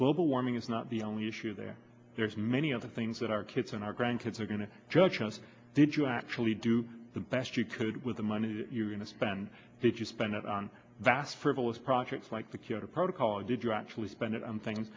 global warming is not the only issue there there's many other things that our kids and our grandkids are going to judge us did you actually do the best you could with the money you're going to spend if you spend it on vast frivolous projects like the kyoto protocol or did you actually spend it on things